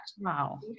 Wow